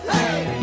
Hey